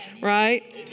right